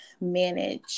manage